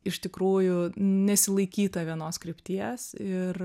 iš tikrųjų nesilaikyta vienos krypties ir